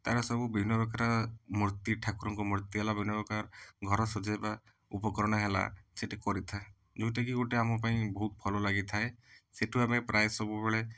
ତାର ସବୁ ବିଭିନ୍ନ ପ୍ରକାର ମୂର୍ତ୍ତି ଠାକୁରଙ୍କ ମୂର୍ତ୍ତି ହେଲା ବିଭିନ୍ନ ପ୍ରକାର ଘର ସଜେଇବା ଉପକରଣ ହେଲା ସେଠି କରିଥା ଯେଉଁଟାକି ଗୋଟେ ଆମ ପାଇଁ ବହୁତ ଭଲ ଲାଗିଥାଏ ସେଇଠୁ ଆମେ ପ୍ରାୟ ସବୁବେଳେ